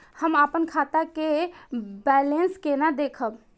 हम अपन खाता के बैलेंस केना देखब?